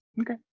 okay